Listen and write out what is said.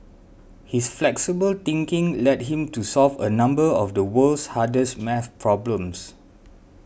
his flexible thinking led him to solve a number of the world's hardest math problems